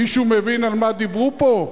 מישהו מבין על מה דיברו פה?